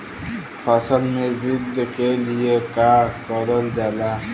फसल मे वृद्धि के लिए का करल जाला?